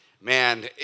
Man